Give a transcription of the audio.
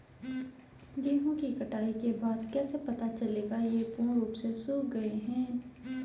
गेहूँ की कटाई के बाद कैसे पता चलेगा ये पूर्ण रूप से सूख गए हैं?